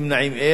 בצירוף